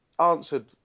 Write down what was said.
answered